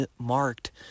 marked